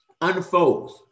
unfolds